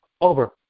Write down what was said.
over